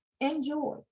enjoy